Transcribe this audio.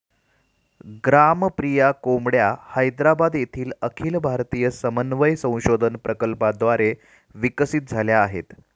ग्रामप्रिया कोंबड्या हैदराबाद येथील अखिल भारतीय समन्वय संशोधन प्रकल्पाद्वारे विकसित झाल्या आहेत